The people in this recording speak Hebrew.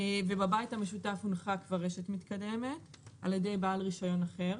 - ובבית המשותף הונחה כבר רשת מתקדמת על ידי בעל רישיון אחר,